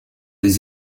les